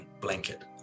blanket